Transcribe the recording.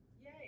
yay